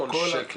כל שקל.